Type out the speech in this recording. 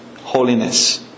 holiness